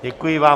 Děkuji vám.